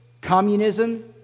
communism